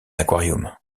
aquarium